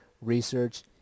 research